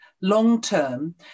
long-term